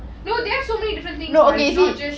no there so many different things not just